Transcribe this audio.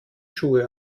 schuhe